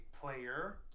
player